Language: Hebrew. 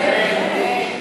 אמן, אמן.